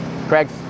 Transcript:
Craig